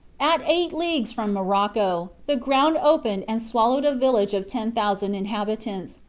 at eight leagues from morocco the ground opened and swallowed a village of ten thousand inhabitants,